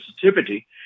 sensitivity